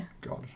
God